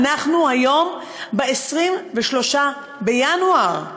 אנחנו היום ב-23 בינואר,